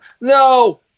No